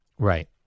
Right